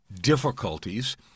difficulties